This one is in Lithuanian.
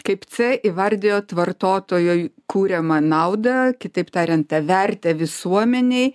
kaip c įvardijot vartotojui kuriamą naudą kitaip tariant vertę visuomenei